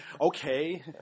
Okay